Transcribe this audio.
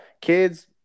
kids